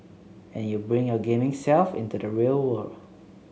and you bring your gaming self into the real world